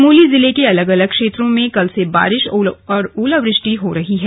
चमोली जिले के अलग अलग क्षेत्रों में कल से बारिश और ओलावृष्टि हो रही है